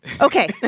Okay